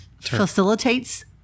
facilitates